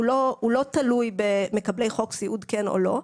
הוא לא תלוי במקבלי חוק סיעוד, כן או לא.